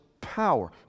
power